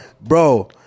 Bro